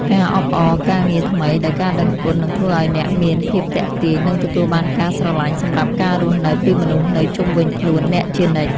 ការអបអរការងារថ្មីដោយការដឹងគុណនឹងធ្វើឱ្យអ្នកមានភាពទាក់ទាញនិងទទួលបានការស្រឡាញ់សម្រាប់ការរស់នៅពីមនុស្សនៅជុំវិញខ្លួនអ្នកជានិច្ច។